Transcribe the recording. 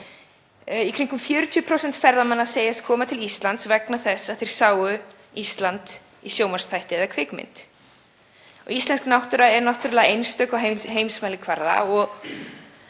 Í kringum 40% ferðamanna segjast koma til Íslands vegna þess að þeir hafi séð Ísland í sjónvarpsþætti eða kvikmynd. Íslensk náttúra er einstök á heimsmælikvarða og